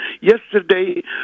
Yesterday